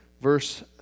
verse